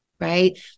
right